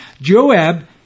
Joab